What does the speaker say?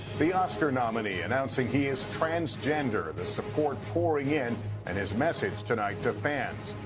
the oscar nominee announcing he is transgender. the support pouring in and his message tonight to fans.